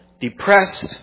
depressed